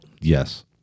Yes